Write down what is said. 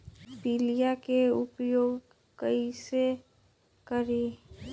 पीलिया के उपाय कई से करी?